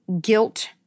guilt-